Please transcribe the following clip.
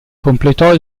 completò